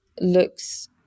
looks